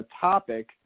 topic –